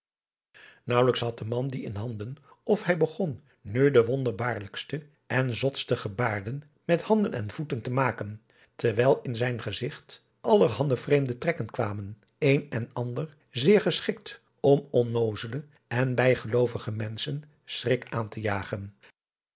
naauwelijks had de man dien in handen of hij begon nu de wonderbaarlijkste en zotste gebaarden met handen en voeten te maken terwijl in zijn gezigt allerhande vreemde trekken kwamen een en ander zeer geschikt om onnoozele en bijgeloovige menschen schrik aan te jagen